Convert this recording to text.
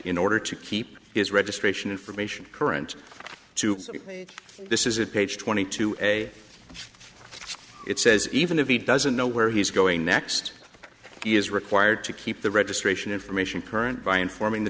in order to keep his registration information current to this is it page twenty two a it says even if he doesn't know where he's going next he is required to keep the registration information current by informing the